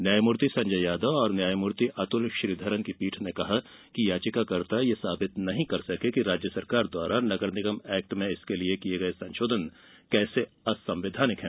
न्यायमूर्ति संजय यादव और न्यायमूर्ति अतुल श्रीघरन की पीठ ने कहा कि याचिकाकर्ता यह साबित नहीं कर सके कि राज्य सरकार द्वारा नगरनिगम एक्ट में इसके लिए किये गये संशोधन असंवैधानिक है